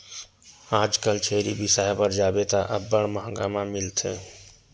आजकल छेरी बिसाय बर जाबे त अब्बड़ मंहगा म मिलथे